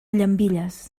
llambilles